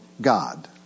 God